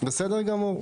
בסדר גמור.